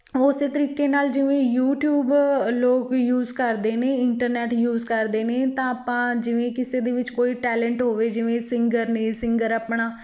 ਉਸ ਤਰੀਕੇ ਨਾਲ ਜਿਵੇਂ ਯੂਟਿਊਬ ਲੋਕ ਯੂਜ ਕਰਦੇ ਨੇ ਇੰਟਰਨੈੱਟ ਯੂਜ ਕਰਦੇ ਨੇ ਤਾਂ ਆਪਾਂ ਜਿਵੇਂ ਕਿਸੇ ਦੇ ਵਿੱਚ ਕੋਈ ਟੈਲੈਂਟ ਹੋਵੇ ਜਿਵੇਂ ਸਿੰਗਰ ਨੇ ਸਿੰਗਰ ਆਪਣਾ